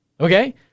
okay